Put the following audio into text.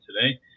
today